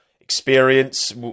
experience